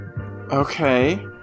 Okay